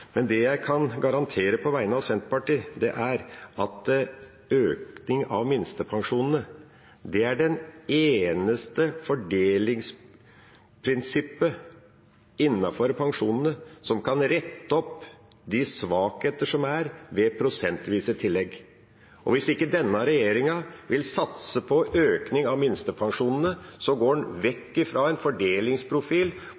Men det jeg kan garantere på vegne av Senterpartiet, er at en økning i minstepensjonene er det eneste fordelingsprinsippet innenfor pensjon som kan rette opp svakhetene som er ved prosentvise tillegg. Hvis ikke denne regjeringa vil satse på økning i minstepensjonene, går